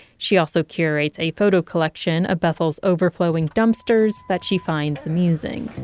she also curates a photo collection of bethel's overflowing dumpsters that she finds amusing